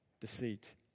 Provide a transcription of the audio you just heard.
deceit